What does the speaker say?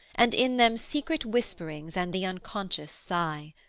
and in them secret whisperings and the unconscious sigh.